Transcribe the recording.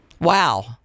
Wow